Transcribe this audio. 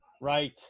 Right